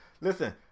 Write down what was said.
Listen